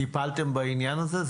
טיפלתם בעניין הזה?